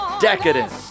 Decadent